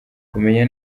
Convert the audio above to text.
kumenya